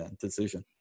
decision